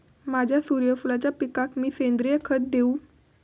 माझ्या सूर्यफुलाच्या पिकाक मी सेंद्रिय खत देवू?